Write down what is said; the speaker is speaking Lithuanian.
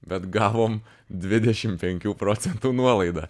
bet gavom dvidešim penkių procentų nuolaidą